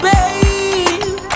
Babe